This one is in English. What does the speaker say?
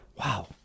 wow